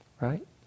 Right